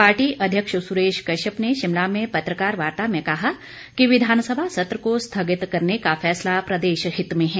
party अध्यक्ष सुरेश कश्यप ने शिमला में पत्रकार वार्ता में कहा कि विधानसभा सत्र को स्थगित करने का फैसला प्रदेश हित में है